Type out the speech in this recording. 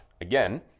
again